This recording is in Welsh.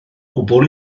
gwbl